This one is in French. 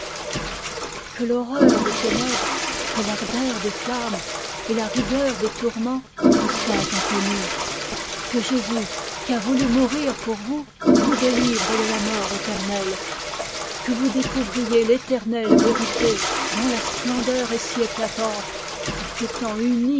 que l'horreur des ténèbres que l'ardeur des flammes et la rigueur des tourments vous soient inconnues que jésus qui a voulu mourir pour vous vous délivre de la mort éternelle que vous découvriez l'éternelle vérité dont la splendeur est si éclatante et qu'étant unie